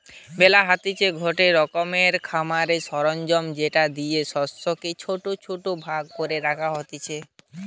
বেলার হতিছে গটে রকমের খামারের সরঞ্জাম যেটা দিয়ে শস্যকে ছোট ছোট ভাগ করে রাখা হতিছে